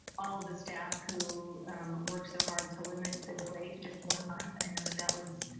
all the staff who work so hard to limit the delay, just one month. i know that that was